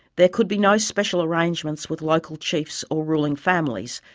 there could be no special arrangements with local chiefs or ruling families,